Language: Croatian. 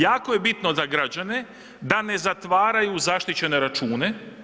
Jako je bitno za građane da ne zatvaraju zaštićene račune.